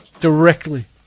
directly